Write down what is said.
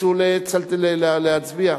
שירצו להצביע.